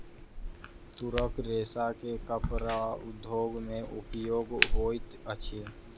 तूरक रेशा के कपड़ा उद्योग में उपयोग होइत अछि